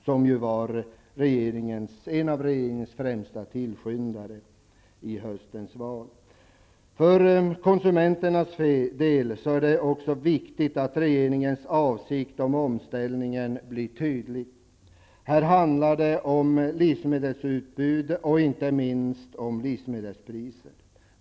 Han var ju en av regeringens främsta tillskyndare vid höstens val. För konsumenternas skull är det viktigt att regeringens avsikt med omställningen framgår tydligt. Här handlar det om utbud av livsmedel och inte minst priser på livsmedel.